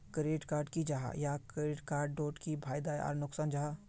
Credit की जाहा या क्रेडिट कार्ड डोट की फायदा आर नुकसान जाहा?